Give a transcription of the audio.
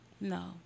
No